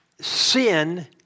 sin